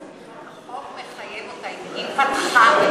חבר הכנסת נסים, החוק מחייב אותה.